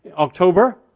october,